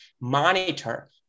monitor